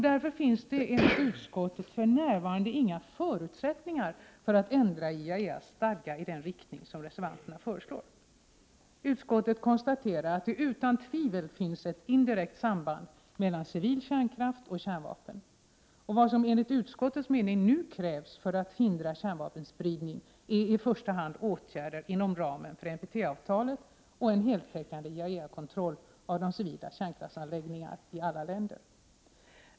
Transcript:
Därför finns det enligt utskottets mening för närvarande inga förutsättningar för att ändra IAEA:s stadga i den riktning som reservanterna föreslår. Utskottet konstaterar att det utan tvivel finns ett indirekt samband mellan civil kärnkraft och kärnvapen. Vad som enligt utskottets mening nu krävs för att hindra kärnvapenspridning är i första hand åtgärder inom ramen för NPT-avtalet och en heltäckande IAEA-kontroll av de civila kärnkraftsanläggningarna i alla länder.